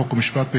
חוק ומשפט,